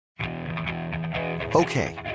Okay